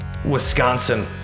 Wisconsin